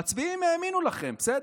המצביעים האמינו לכם, בסדר,